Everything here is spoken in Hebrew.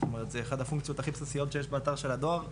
זאת אומרת זה אחד הפונקציות הכי בסיסיות שיש באתר של הדואר.